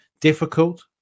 difficult